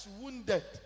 wounded